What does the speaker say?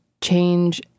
change